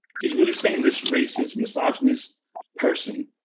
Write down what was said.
he's really saying this racist, misogynist person,